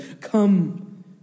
come